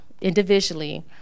individually